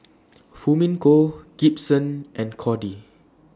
Fumiko Gibson and Codey